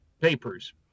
papers